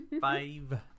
Five